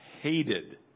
hated